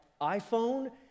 iPhone